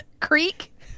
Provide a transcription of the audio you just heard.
Creek